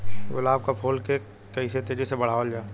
गुलाब क फूल के कइसे तेजी से बढ़ावल जा?